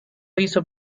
hizo